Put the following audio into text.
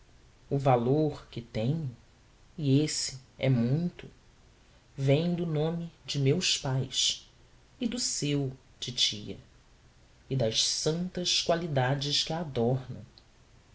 o valor que tenho e esse é muito vem do nome de meus pais e do seu titia e das santas qualidades que a adornam